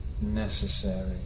necessary